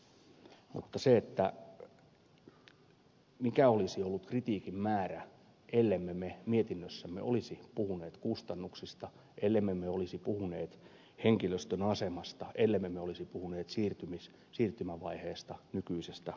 mutta mikä olisi ollut kritiikin määrä ellemme me mietinnössämme olisi puhuneet kustannuksista ellemme me olisi puhuneet henkilöstön asemasta el lemme me olisi puhuneet siirtymävaiheesta nykyisestä uuteen malliin